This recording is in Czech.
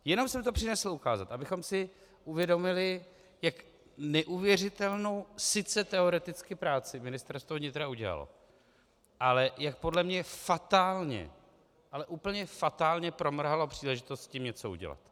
Jenom jsem to přinesl ukázat, abychom si uvědomili, jak neuvěřitelnou sice teoreticky práci Ministerstvo vnitra udělalo, ale jak podle mě fatálně, ale úplně fatálně promrhalo příležitost s tím něco udělat.